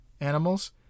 animals